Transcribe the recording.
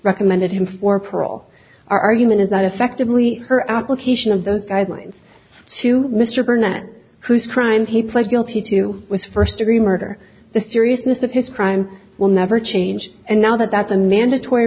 recommended him for parole argument is that effectively her application of those guidelines to mr burnett who's crime he pled guilty to was first degree murder the seriousness of his crime will never change and now that that's a mandatory